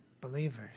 believers